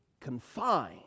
confine